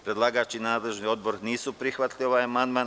Predlagač i nadležni odbor nisu prihvatili ovaj amandman.